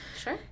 Sure